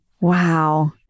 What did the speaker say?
Wow